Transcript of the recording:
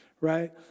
right